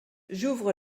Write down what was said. j’ouvre